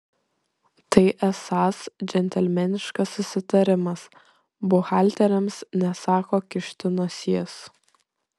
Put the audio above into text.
tai esąs džentelmeniškas susitarimas buhalteriams nesą ko kišti nosies